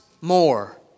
more